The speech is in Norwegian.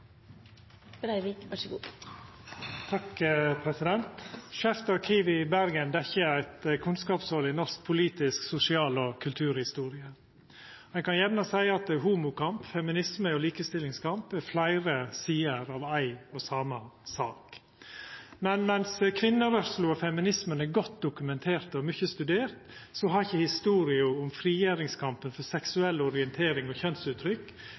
Ein kan gjerne seia at homokamp, feminisme og likestillingskamp er fleire sider av ei og same sak. Men mens kvinnerørsla og feminismen er godt dokumenterte og mykje studerte, har ikkje historia om frigjeringskampen for seksuell orientering og kjønnsuttrykk